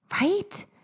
right